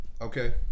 Okay